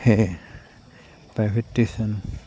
সেয়ে private tuition